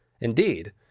Indeed